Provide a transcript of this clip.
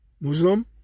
Muslim